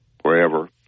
wherever